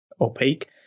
opaque